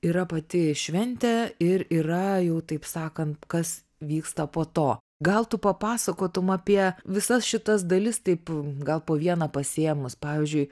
yra pati šventė ir yra jau taip sakant kas vyksta po to gal tu papasakotum apie visas šitas dalis taip gal po vieną pasiėmus pavyzdžiui